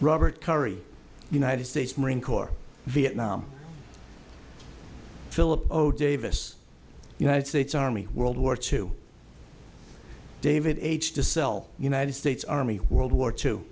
robert currie united states marine corps vietnam philip oh davis united states army world war two david h to sell united states army world war two